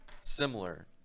similar